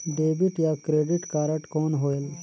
Debit या credit card कौन होएल?